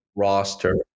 Roster